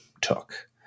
took